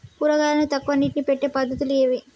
కూరగాయలకు తక్కువ నీటిని పెట్టే పద్దతులు ఏవి?